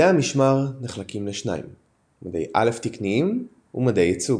מדי המשמר נחלקים לשניים מדי א' תקניים ומדי ייצוג.